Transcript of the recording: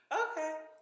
Okay